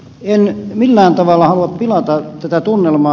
en millään tavalla halua pilata tätä tunnelmaa